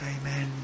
Amen